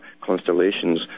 constellations